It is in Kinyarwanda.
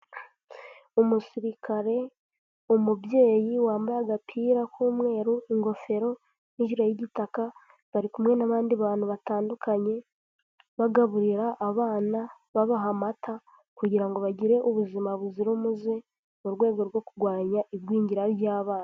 Umusirikare, umubyeyi wambaye agapira k'umweru ingofero n'ijire y'igitaka, bari kumwe n'abandi bantu batandukanye, bagaburira abana, babaha amata kugira ngo bagire ubuzima buzira umuze mu rwego rwo kurwanya igwingira ry'abana.